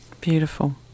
Beautiful